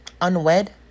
Unwed